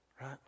right